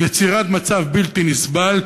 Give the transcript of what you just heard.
יצירת מצב בלתי נסבל,